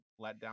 letdown